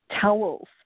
towels